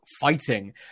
fighting